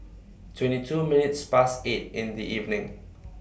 twenty two minutes Past eight in The evening